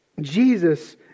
Jesus